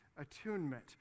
Attunement